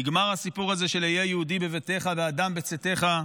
נגמר הסיפור הזה של "היה יהודי בביתך ואדם בצאתך".